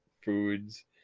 foods